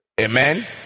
amen